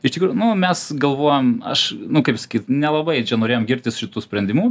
iš tikrųjų nu mes galvojom aš nu kaip sakyti nelabai čia norėjom girtis šitu sprendimu